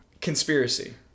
Conspiracy